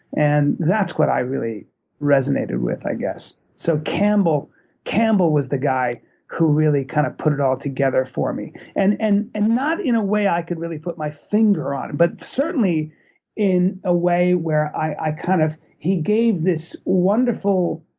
and that's what i really resonated with, i guess. so campbell campbell was the guy who really kind of put it all together for me and and and not in a way i could really put my finger on, but certainly in a way where i i kind of he gave this wonderful